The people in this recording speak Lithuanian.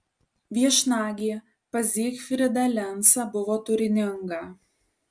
viešnagė pas zygfrydą lencą buvo turininga